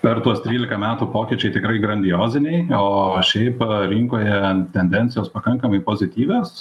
per tuos trylika metų pokyčiai tikrai grandioziniai o šiaip rinkoje tendencijos pakankamai pozityvios